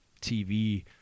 TV